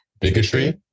bigotry